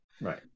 Right